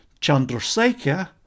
Chandrasekhar